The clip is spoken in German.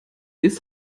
ist